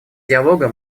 диалога